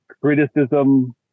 criticism